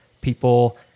people